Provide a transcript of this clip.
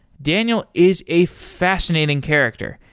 daniel is a fascinating character,